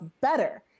better